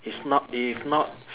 it's not if not